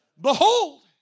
Behold